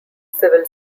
civil